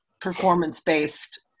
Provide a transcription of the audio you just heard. performance-based